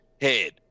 head